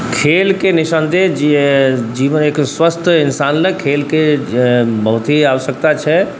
खेलके निस्सन्देह जीवनलए एक स्वस्थ इन्सानलए खेलके बहुत ही आवश्यकता छै